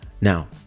now